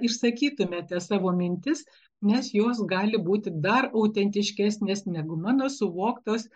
išsakytumėte savo mintis nes jos gali būti dar autentiškesnės negu mano suvoktos